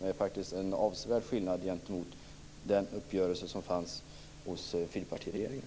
Och det är en stor skillnad mellan den och den uppgörelse som gjordes av fyrpartiregeringen.